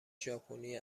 ژاپنی